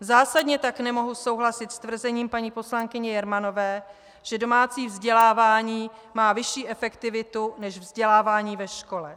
Zásadně tak nemohu souhlasit s tvrzením paní poslankyně Jermanové, že domácí vzdělávání má vyšší efektivitu než vzdělávání ve škole.